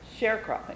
Sharecropping